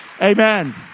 Amen